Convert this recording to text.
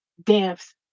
deaths